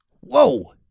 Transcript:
Whoa